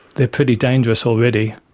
they are pretty dangerous already.